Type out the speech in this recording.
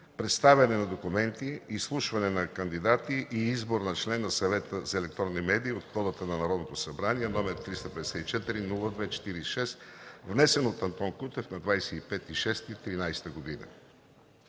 представяне на документи, изслушване на кандидати и избор на член на Съвета за електронни медии от квотата на Народното събрание № 354-02-46, внесен от Антон Кутев на 25 юни